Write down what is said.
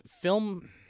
film